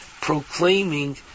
proclaiming